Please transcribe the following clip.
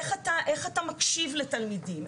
איך אתה מקשיב לתלמידים,